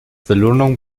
belohnung